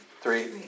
Three